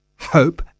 hope